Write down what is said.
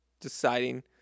deciding